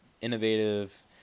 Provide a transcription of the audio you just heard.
innovative